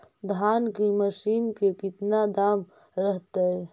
धान की मशीन के कितना दाम रहतय?